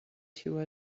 two